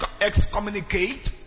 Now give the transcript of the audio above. excommunicate